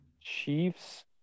Chiefs